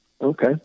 Okay